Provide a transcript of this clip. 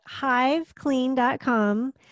hiveclean.com